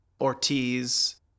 Ortiz